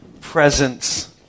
Presence